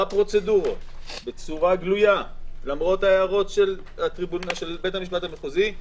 בפרוצדורות בצורה גלויה למרות ההערות של בית המשפט המחוזי,